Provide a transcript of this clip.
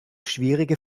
schwierige